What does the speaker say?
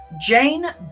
Jane